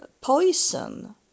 poison